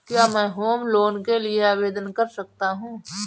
क्या मैं home loan के लिए आवेदन कर सकता हूं?